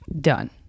done